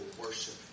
worship